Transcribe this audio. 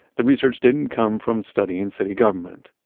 the research didn't come from studying city government.